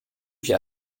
wie